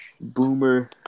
Boomer